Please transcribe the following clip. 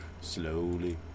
slowly